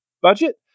budget